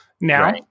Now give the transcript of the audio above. now